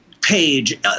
page